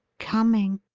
coming